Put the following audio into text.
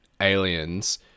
Aliens